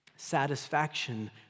satisfaction